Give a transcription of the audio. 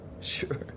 sure